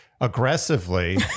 aggressively